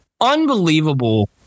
unbelievable